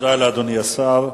תודה לאדוני השר.